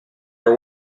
your